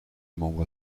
membre